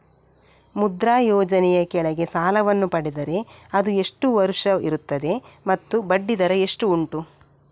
ಮುದ್ರಾ ಯೋಜನೆ ಯ ಕೆಳಗೆ ಸಾಲ ವನ್ನು ಪಡೆದರೆ ಅದು ಎಷ್ಟು ವರುಷ ಇರುತ್ತದೆ ಮತ್ತು ಬಡ್ಡಿ ದರ ಎಷ್ಟು ಉಂಟು?